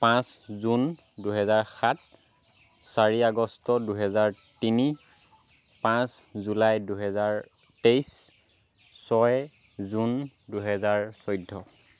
পাঁচ জুন দুহেজাৰ সাত চাৰি আগষ্ট দুহেজাৰ তিনি পাঁচ জুলাই দুহেজাৰ তেইছ ছয় জুন দুহেজাৰ চৈধ্য